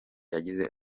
yagize